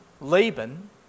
Laban